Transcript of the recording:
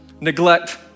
neglect